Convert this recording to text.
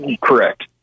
correct